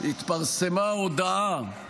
התפרסמה הודעה,